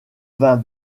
vin